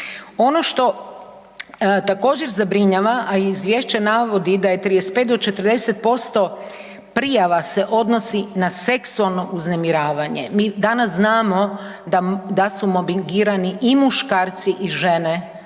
Ono što također zabrinjava, a Izvješće navodi da je 35-40% prijava se odnosi na seksualno uznemiravanje, mi danas znamo da su mobbingirani i muškarci i žene